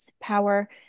power